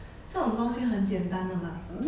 这种东西很简单的 mah